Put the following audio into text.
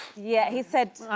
yeah, he said,